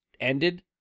ended